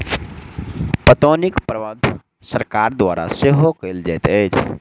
पटौनीक प्रबंध सरकार द्वारा सेहो कयल जाइत अछि